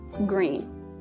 green